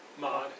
Mod